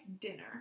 dinner